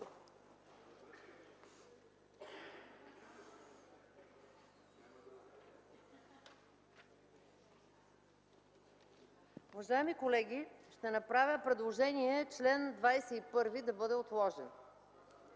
Уважаеми колеги, ще направя предложение чл. 21 да бъде отложен.